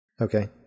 Okay